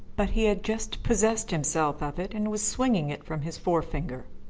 but he had just possessed himself of it and was swinging it from his forefinger.